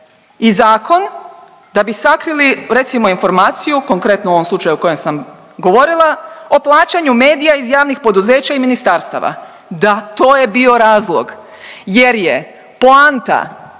i zakon da bi sakrili recimo informaciju konkretno u ovom slučaju o kojem sam govorila o plaćanju medija iz javnih poduzeća i ministarstava. Da, to je bio razlog jer je poanta